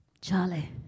Charlie